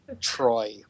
Troy